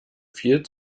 viel